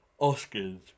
Oscars